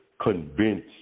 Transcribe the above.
convince